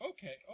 Okay